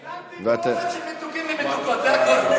צילמתי פה אוסף של מתוקים ומתוקות, זה הכול.